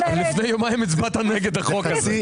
אבל, לפני יומיים אתה הצבעת נגד החוק הזה.